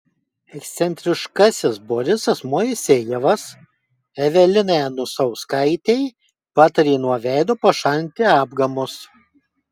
ekscentriškasis borisas moisejevas evelinai anusauskaitei patarė nuo veido pasišalinti apgamus